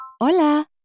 Hola